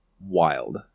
wild